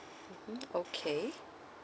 mmhmm okay